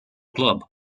club